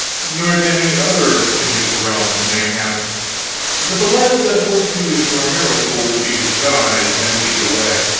nor to any other in his realms, mayhap but the lads that holp you with your miracle will be his guide and lead the way,